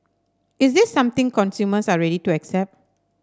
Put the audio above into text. is this something consumers are ready to accept